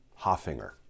Hoffinger